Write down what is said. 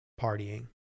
partying